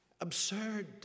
absurd